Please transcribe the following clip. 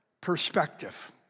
perspective